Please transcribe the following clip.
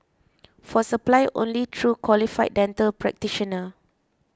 for supply only through qualified dental practitioner